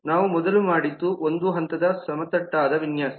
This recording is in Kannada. ನಾವು ಮೊದಲು ಮಾಡಿದ್ದು ಒಂದು ಹಂತದ ಸಮತಟ್ಟಾದ ವಿನ್ಯಾಸ